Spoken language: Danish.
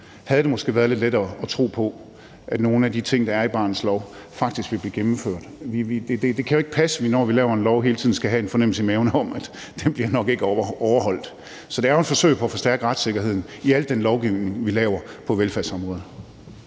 havde det måske været lidt lettere at tro på, at nogle af de ting, der er i barnets lov, faktisk ville blive gennemført. Det kan jo ikke passe, at vi, når vi laver en lov, hele tiden skal have en fornemmelse i maven om, at den nok ikke bliver overholdt. Så det er jo et forsøg på at forstærke retssikkerheden i al den lovgivning, vi laver på velfærdsområdet.